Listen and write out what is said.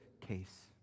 case